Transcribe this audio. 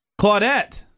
Claudette